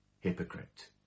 hypocrite